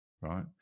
right